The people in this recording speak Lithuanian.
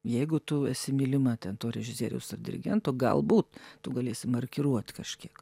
jeigu tu esi mylima ten to režisieriaus ar dirigento galbūt tu galėsi markiruot kažkiek